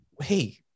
hey